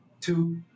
two